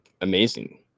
amazing